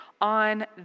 on